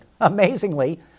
Amazingly